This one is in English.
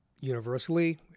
Universally